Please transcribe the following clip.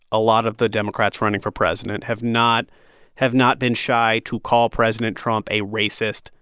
a lot of the democrats running for president have not have not been shy to call president trump a racist,